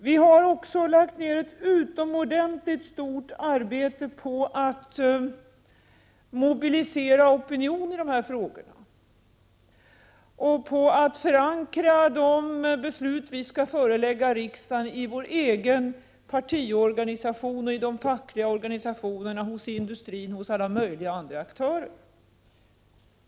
Vi har också lagt ner ett utomordentligt stort arbete på att mobilisera opinion i de här frågorna och på att förankra de beslut vi skall förelägga riksdagen i vår egen partiorganisation och i de fackliga organisationerna, hos industrin och hos alla möjliga andra aktörer.